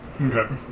Okay